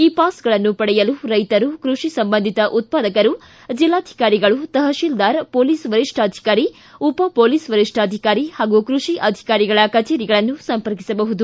ಈ ಪಾಸ್ಗಳನ್ನು ಪಡೆಯಲು ರೈತರು ಕೃಷಿ ಸಂಬಂಧಿತ ಉತ್ಪಾದಕರು ಜಿಲ್ಲಾಧಿಕಾರಿಗಳು ತಹಶೀಲ್ದಾರ್ ಪೊಲೀಸ್ ವರಿಷ್ಠಾಧಿಕಾರಿ ಉಪ ಪೊಲೀಸ್ ವರಿಷ್ಠಾಧಿಕಾರಿ ಹಾಗೂ ಕೃಷಿ ಅಧಿಕಾರಿಗಳ ಕಛೇರಿಗಳನ್ನು ಸಂಪರ್ಕಿಸಬಹುದು